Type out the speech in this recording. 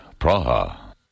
Praha